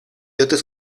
otros